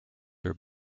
her